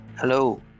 Hello